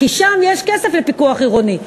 כי שם יש כסף לפיקוח עירוני.